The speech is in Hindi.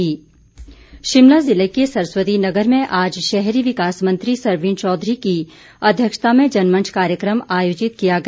जनमंच शिमला जिले के सरस्वती नगर में आज शहरी विकास मंत्री सरवीण चौधरी की अध्यक्षता में जनमंच कार्यक्रम आयोजित किया गया